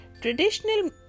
Traditional